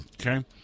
okay